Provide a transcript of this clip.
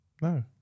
no